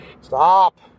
stop